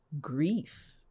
grief